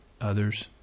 others